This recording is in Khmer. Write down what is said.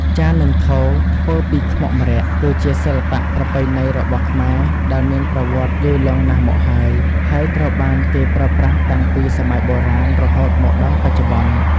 ចាន និងថូធ្វើពីខ្មុកម្រ័ក្សណ៍ គឺជាសិល្បៈប្រពៃណីរបស់ខ្មែរដែលមានប្រវត្តិយូរលង់ណាស់មកហើយ ហើយត្រូវបានគេប្រើប្រាស់តាំងពីសម័យបុរាណរហូតមកដល់បច្ចុប្បន្ន។